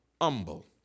humble